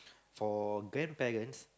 for grandparents